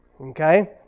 Okay